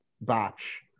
batch